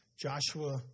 Joshua